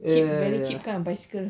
ya ya